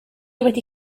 wedi